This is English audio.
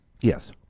Yes